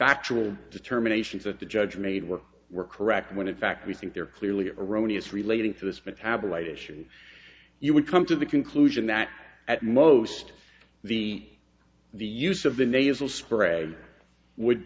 factual determination that the judge made were were correct when in fact we think they're clearly erroneous relating to this metabolite issue you would come to the conclusion that at most the the use of the nasal spray would